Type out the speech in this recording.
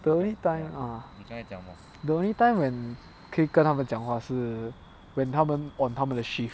the only time ah the only time when 可以跟她们讲话是 when 她们 on 她们的 shift